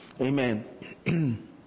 Amen